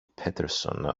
peterson